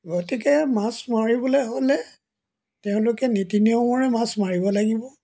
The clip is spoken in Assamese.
গতিকে মাছ মাৰিবলৈ হ'লে তেওঁলোকে নীতি নিয়মৰে মাছ মাৰিব লাগিব